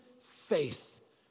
faith